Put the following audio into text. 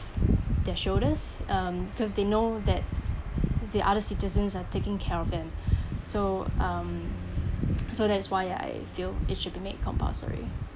their shoulders um cause they know that the other citizens are taking care of them so um so that's why I feel it should be made compulsory